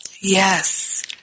Yes